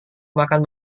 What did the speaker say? makan